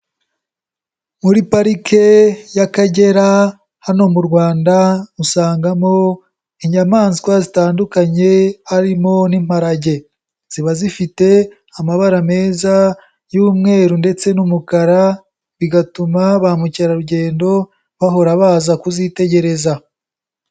Muri parike y'Akagera hano mu Rwanda usangamo inyamaswa zitandukanye harimo n'imparage, ziba zifite amabara meza y'umweru ndetse n'umukara bigatuma ba mukerarugendo bahora baza kuzitegereza.